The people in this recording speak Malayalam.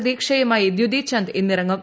പ്രതീക്ഷയുമായി ദ്യുതി ചന്ദ് ഇന്നിറങ്ങും